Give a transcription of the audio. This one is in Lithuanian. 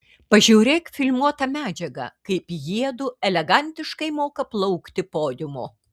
pažiūrėk filmuotą medžiagą kaip jiedu elegantiškai moka plaukti podiumu